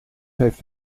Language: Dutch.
heeft